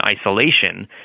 isolation